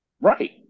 Right